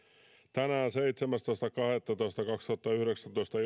tänään seitsemästoista kahdettatoista kaksituhattayhdeksäntoista